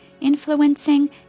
influencing